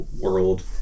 world